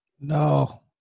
No